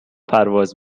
پرواز